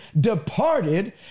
Departed